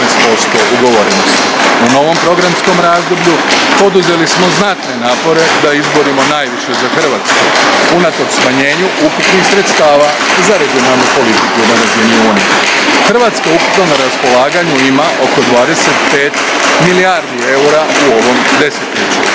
U novom programskom razdoblju poduzeli smo znatne napore da izborimo najviše za Hrvatsku unatoč smanjenju ukupnih sredstava za regionalnu politiku na razini Europske unije. Hrvatska ukupno na raspolaganju ima oko 25 milijardi eura u ovom desetljeću.